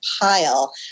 pile